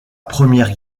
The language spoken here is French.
première